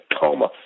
Coma